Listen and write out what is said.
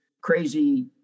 crazy